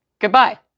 Goodbye